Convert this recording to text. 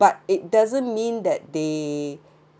but it doesn't mean that they